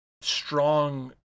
strong